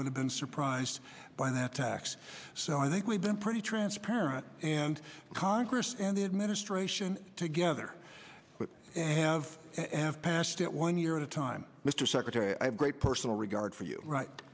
would have been surprised by that tax so i think we've been pretty transparent and congress and the administration together with have have passed it one year at a time mr secretary i have great personal regard for you right